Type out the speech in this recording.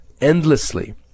endlessly